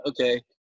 okay